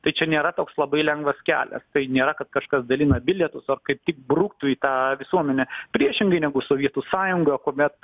tai čia nėra toks labai lengvas kelias tai nėra kad kažkas dalina bilietus ar kaip tik bruktų į tą visuomenę priešingai negu sovietų sąjunga kuomet